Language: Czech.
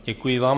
Děkuji vám.